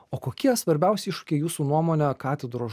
o kokie svarbiausi iššūkiai jūsų nuomone katedros